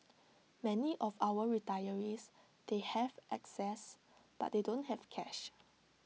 many of our retirees they have access but they don't have cash